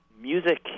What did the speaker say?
music